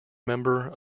member